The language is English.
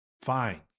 fine